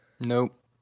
nope